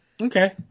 Okay